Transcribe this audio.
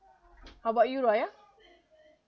how about you raya